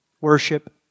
worship